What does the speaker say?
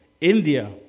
India